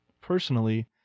Personally